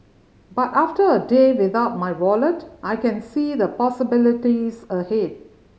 but after a day without my wallet I can see the possibilities ahead